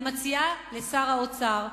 אני מציעה לשר האוצר,